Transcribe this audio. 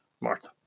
Martha